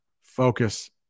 focus